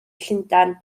llundain